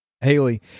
Haley